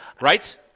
right